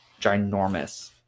ginormous